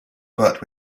but